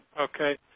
Okay